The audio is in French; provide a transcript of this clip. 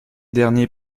derniers